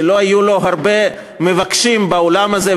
שלא היו לו הרבה מבקשים בעולם הזה,